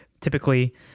Typically